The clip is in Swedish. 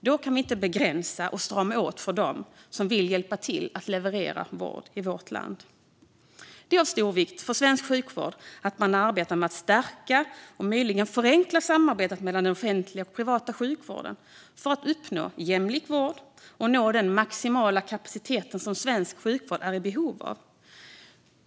Då kan vi inte begränsa och strama åt för dem som vill hjälpa till att leverera vård i vårt land. Det är av stor vikt för svensk sjukvård att man arbetar med att stärka och möjligen förenkla samarbetet mellan den offentliga och privata sjukvården för att uppnå jämlik vård och nå den maximala kapaciteten, som svensk sjukvård är i behov av.